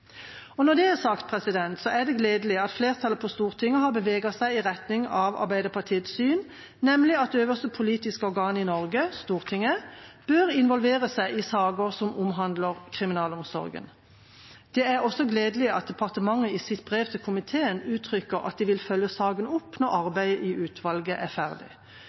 organisasjoner. Når det er sagt, er det gledelig at flertallet på Stortinget har beveget seg i retning av Arbeiderpartiets syn, nemlig at øverste politiske organ i Norge – Stortinget – bør involvere seg i saker som omhandler kriminalomsorgen. Det er også gledelig at departementet i sitt brev til komiteen uttrykker at de vil følge saken opp når arbeidet i utvalget er ferdig.